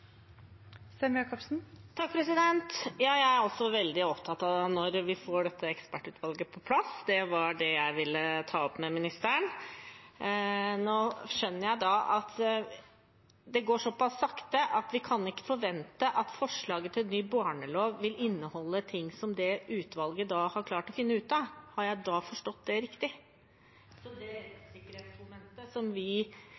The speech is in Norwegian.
også veldig opptatt av når vi får dette ekspertutvalget på plass. Det var det jeg ville ta opp med ministeren. Nå skjønner jeg at det går såpass sakte at vi kan ikke forvente at forslaget til ny barnevernslov vil inneholde ting som det utvalget har klart å finne ut av. Har jeg forstått det riktig? Så det